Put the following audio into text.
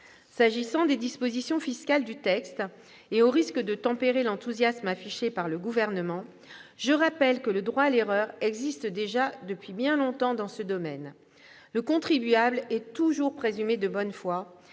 S'agissant des dispositions fiscales du texte, et au risque de tempérer l'enthousiasme affiché par le Gouvernement, je rappelle que le droit à l'erreur existe depuis bien longtemps dans ce domaine : le contribuable est toujours présumé de bonne foi